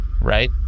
right